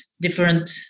different